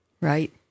Right